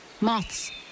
Moths